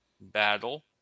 battle